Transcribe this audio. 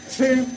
two